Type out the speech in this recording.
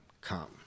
come